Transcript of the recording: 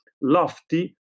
Lofty